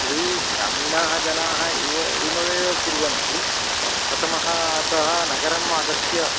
यदि ग्रामीणाः जनाः एव एवमेव कुर्वन्ति प्रथमः अतः नगरम् आगत्य